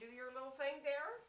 do your little thing there